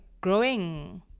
growing